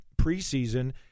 preseason